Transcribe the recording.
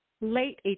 late